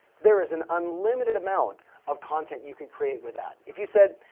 there is an unlimited amount of content you can create with that. if you said,